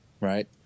right